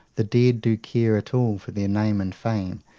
the dead do care at all for their name and fame,